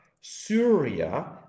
Syria